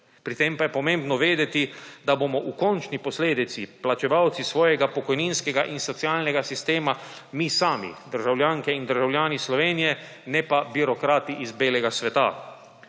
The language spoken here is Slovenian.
pri tem pa je pomembno vedeti, da bomo v končni posledici plačevalci svojega pokojninskega in socialnega sistema mi sami, državljanke in državljani Slovenije, ne pa birokrati iz belega sveta.